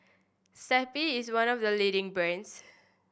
Zappy is one of the leading brands